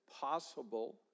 possible